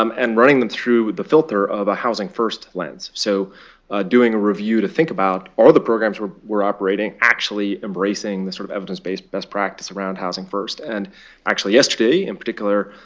um and running them through the filter of a housing first lens. so doing a review to think about are the programs we're we're operating actually embracing the sort of evidence-based best practice around housing first. and actually, yesterday in particular,